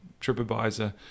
TripAdvisor